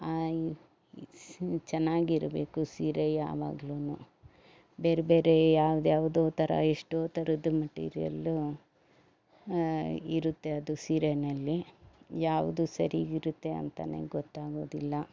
ಚೆನ್ನಾಗಿರಬೇಕು ಸೀರೆ ಯಾವಾಗ್ಲೂ ಬೇರೆ ಬೇರೆ ಯಾವ್ದು ಯಾವುದೋ ಥರ ಎಷ್ಟೋ ಥರದ್ದು ಮಟೀರಿಯಲು ಇರುತ್ತೆ ಅದು ಸೀರೆಯಲ್ಲಿ ಯಾವುದು ಸರೀಗಿರುತ್ತೆ ಅಂತಾನೆ ಗೊತ್ತಾಗೋದಿಲ್ಲ